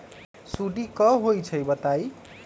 सुडी क होई छई बताई?